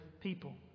people